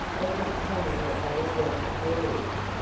it was plain that they doubted their ears.